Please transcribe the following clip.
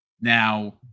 Now